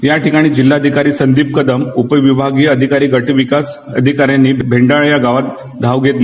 या ठिकाणी जिल्हाधिकारी संदीप कदम उपविभागीय गट विकास अधिकारी यांनी भेंडला या गावात धाव घेतली